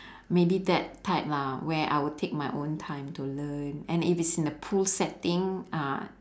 maybe that type lah where I would take my own time to learn and if it's in the pool setting uh